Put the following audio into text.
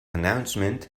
announcement